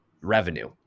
revenue